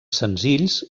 senzills